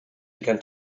began